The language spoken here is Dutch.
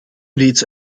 reeds